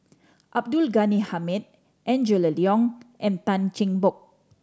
Abdul Ghani Hamid Angela Liong and Tan Cheng Bock